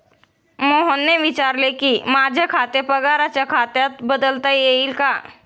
मोहनने विचारले की, माझे खाते पगाराच्या खात्यात बदलता येईल का